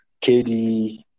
KD